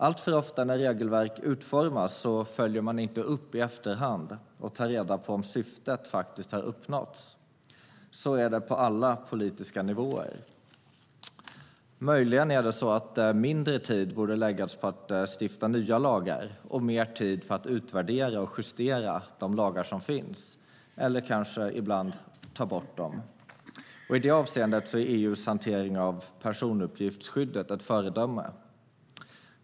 Alltför ofta när regelverk utformas följer man inte upp i efterhand och tar reda på om syftet faktiskt har uppnåtts. Så är det på alla politiska nivåer. Möjligen borde mindre tid läggas på att stifta nya lagar och mer tid på att utvärdera och justera de lagar som finns, eller kanske ibland ta bort dem. I det avseendet är EU:s hantering av personuppgiftsskyddet ett föredöme.